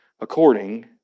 according